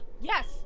Yes